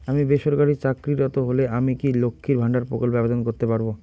আমি বেসরকারি চাকরিরত হলে আমি কি লক্ষীর ভান্ডার প্রকল্পে আবেদন করতে পারব?